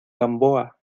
gamboa